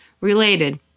related